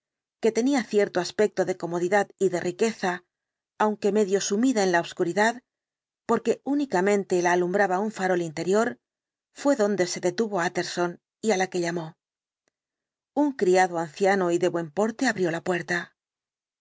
que tenía cierto aspecto de comodidad y de riqueza aunque medio sumida en la obscuridad porque únicamente la alumbraba un farol interior fué donde se detuvo utterson y á la que llamó un criado anciano y de buen porte abrió la puerta